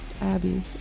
Abby